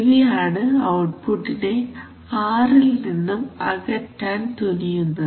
ഇവയാണ് ഔട്ട്പുട്ടിനെ r ൽ നിന്നും അകറ്റാൻ തുനിയുന്നത്